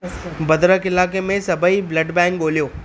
भद्रक इलाइक़े में सभेई ब्लड बैंक ॻोल्हियो